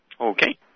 Okay